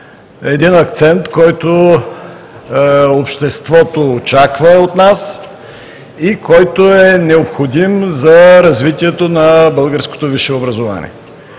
един акцент, който обществото очаква от нас, и който е необходим за развитието на българското висше образование.